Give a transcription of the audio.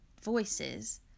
voices